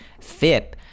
FIP